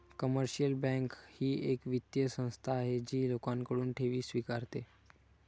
commercial bank ही एक वित्तीय संस्था आहे जी लोकांकडून ठेवी स्वीकारते